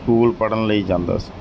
school ਪੜ੍ਹਨ ਲਈ ਜਾਂਦਾ ਸੀ